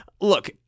Look